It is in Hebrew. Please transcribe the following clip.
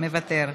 מוותר,